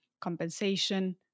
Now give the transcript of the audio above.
compensation